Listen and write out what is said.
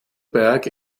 berg